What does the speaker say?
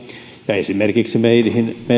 esimerkiksi meille